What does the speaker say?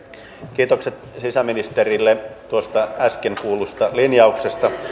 kiitokset sisäministerille tuosta äsken kuullusta linjauksesta